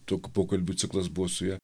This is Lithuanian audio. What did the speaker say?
tokių pokalbių ciklas buvo su ja